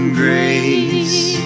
grace